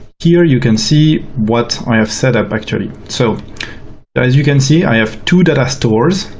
here you can see what i have set up actually. so as you can see i have two data stores,